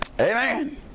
Amen